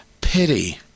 Pity